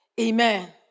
Amen